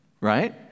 right